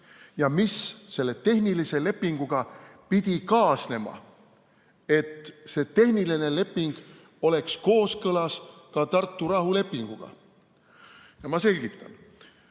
ja mis selle tehnilise lepinguga pidi kaasnema, et see tehniline leping oleks kooskõlas Tartu rahulepinguga. Ma selgitan.